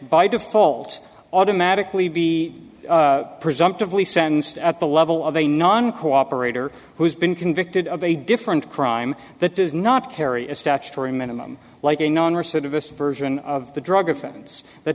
by default automatically be presumptively sentenced at the level of a non cooperator who's been convicted of a different crime that does not carry a statutory minimum like a non recidivist version of the drug offense that